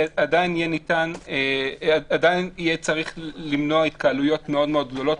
עדיין יהיה צריך למנוע התקהלויות מאוד מאוד גדולות,